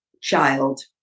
child